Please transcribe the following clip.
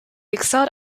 excelled